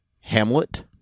Hamlet